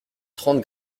trente